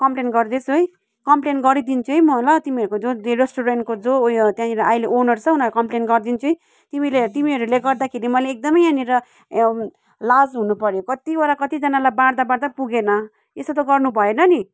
complain गर्दैछु है complain गरिदिन्छु है म ल तिमीहरूको जो रेस्टुरेन्टको जो उयो त्यहाँनिर अहिले ओनर छ ओनरलाई कम्प्लेन गरिदिन्छु तिमी तिमीहरूले गर्दाखेरि मैले एकदमै यहाँनिर लाज हुनुपर्यो कतिवटा कतिजनालाई बाँड्दा बाँड्दै पुगेन यसो त गर्नु भएन नि